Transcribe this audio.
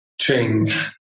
change